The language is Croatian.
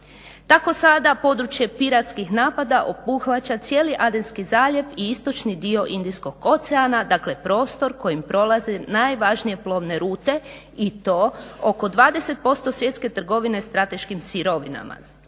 Tako sada područje piratskih napada obuhvaća cijeli Adenski zaljev i istočni dio Indijskog oceana, dakle prostor kojim prolaze najvažnije plovne rute i to oko 20% svjetske trgovine strateškim sirovinama.